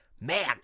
Man